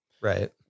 Right